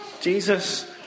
Jesus